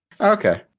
Okay